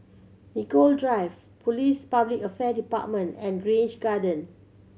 Nicoll Drive Police Public Affairs Department and Grange Garden